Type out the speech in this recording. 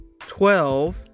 twelve